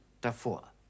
davor